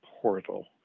portal